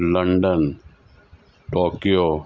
London Tokyo